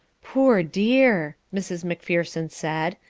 poor dear! mrs. macpherson said,